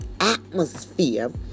atmosphere